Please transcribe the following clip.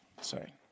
Sorry